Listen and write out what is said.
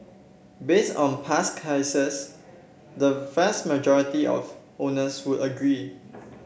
based on past cases the vast majority of owners would agree